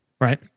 Right